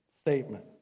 statement